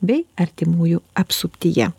bei artimųjų apsuptyje